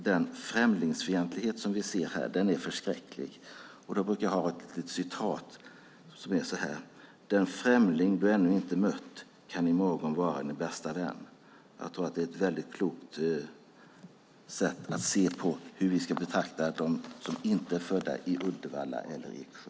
Den främlingsfientlighet vi ser är förskräcklig. Jag brukar ha ett litet talesätt, och det är så här: Den främling du ännu inte mött kan i morgon vara din bästa vän. Jag tror att det är ett väldigt klokt sätt att se på hur vi ska betrakta dem som inte är födda i Uddevalla eller Eksjö.